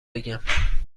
بگم